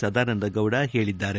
ಸದಾನಂದಗೌಡ ಹೇಳಿದ್ದಾರೆ